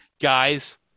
guys